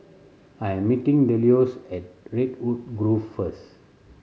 I am meeting Delois at Redwood Grove first